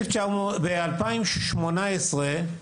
בשנת 2018,